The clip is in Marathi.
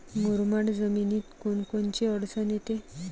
मुरमाड जमीनीत कोनकोनची अडचन येते?